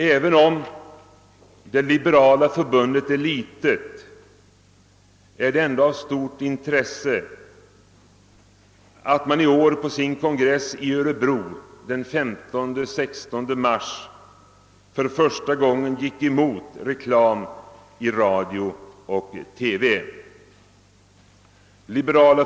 Även om Liberala förbundet är litet, är det ändå av intresse att förbundet i år på sin kongress i Örebro den 15— 16 mars för första gången gick emot förslaget om reklam i radio och TV.